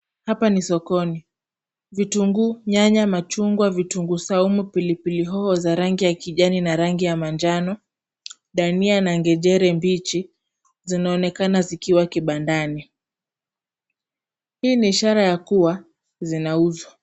Hapa ni sokoni. Vitunguu, nyanya, machungwa, vitunguu saumu, pilipili hoho za rangi ya kijani na rangi ya manjano, dania na ngenjere mbichi zinaonekana zikiwa kibandani. Hii ni ishara kuwa zinauzwa.